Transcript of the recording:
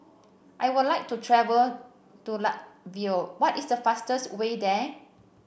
I would like to travel to Latvia what is the fastest way there